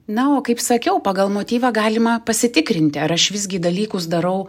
na o kaip sakiau pagal motyvą galima pasitikrinti ar aš visgi dalykus darau